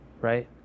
Right